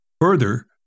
Further